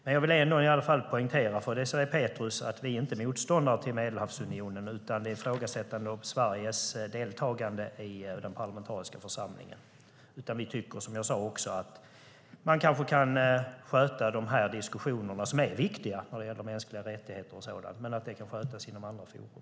Men jag vill ändå poängtera för Désirée Pethrus att vi inte är motståndare till Medelhavsunionen, utan vi ifrågasätter Sveriges deltagande i den parlamentariska församlingen. Vi tycker, som jag sade, att man kanske kan sköta de här diskussionerna, som är viktiga när det gäller mänskliga rättigheter och sådant, i andra forum.